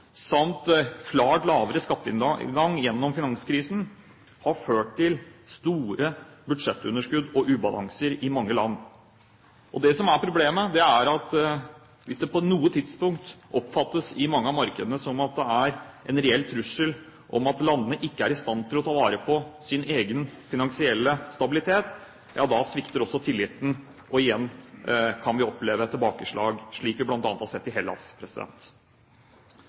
samt klart lavere skatteinngang gjennom finanskrisen, har ført til store budsjettunderskudd og ubalanse i mange land. Det som er problemet, er: Hvis det på noe tidspunkt i mange av markedene oppfattes som at det er en reell trussel at landene ikke er i stand til å ta vare på sin egen finansielle stabilitet, svikter også tilliten, og igjen kan vi oppleve tilbakeslag, slik vi bl.a. har sett i Hellas.